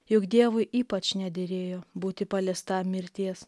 juk dievui ypač nederėjo būti paliestam mirties